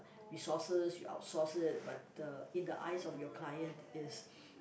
resources we outsource it but the in the eyes of your client is